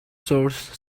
source